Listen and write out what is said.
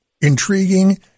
intriguing